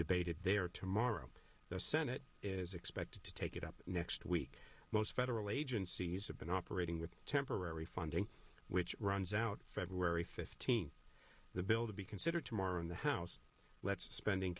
debated there tomorrow the senate is expected to take it up next week most federal agencies have been operating with temporary funding which runs out february fifteenth the bill to be considered tomorrow in the house let's spending